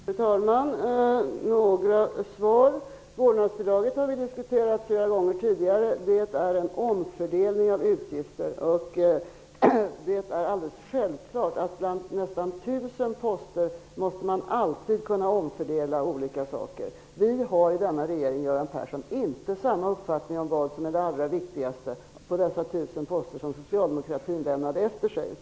Fru talman! Jag skall ge några svar. Vårdnadsbidraget har vi diskuterat många gånger tidigare. Det är en omfördelning av utgifter. Bland nästan tusen poster måste man självklart kunna göra omfördelningar. I regeringen har vi inte samma uppfattning som socialdemokraterna om vad som är allra viktigast bland de tusen poster som socialdemokraterna lämnade efter sig.